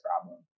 problem